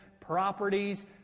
properties